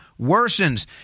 worsens